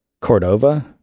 Cordova